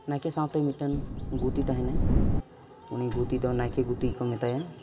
ᱱᱟᱭᱠᱮ ᱥᱟᱶᱛᱮ ᱢᱤᱫᱴᱟᱱ ᱜᱩᱛᱤ ᱛᱟᱦᱮᱱᱟᱭ ᱜᱩᱛᱤᱫᱚ ᱱᱟᱭᱠᱮ ᱜᱩᱛᱤᱠᱚ ᱢᱮᱛᱟᱭᱟ